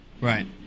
Right